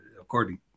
according